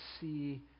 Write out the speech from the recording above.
see